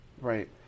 Right